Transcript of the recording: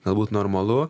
galbūt normalu